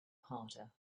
harder